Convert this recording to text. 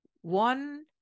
one